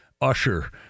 Usher